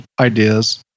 ideas